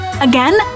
Again